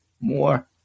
more